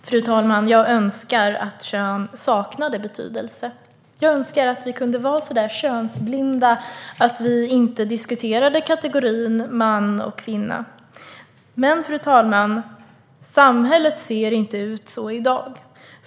Fru talman! Jag önskar att kön saknade betydelse. Jag önskar att vi kunde vara så könsblinda att vi inte diskuterade kategorierna man och kvinna. Men, fru talman, så ser samhället inte ut i dag.